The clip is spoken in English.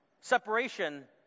separation